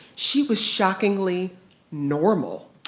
she was shockingly normal.